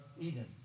Eden